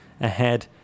ahead